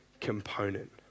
component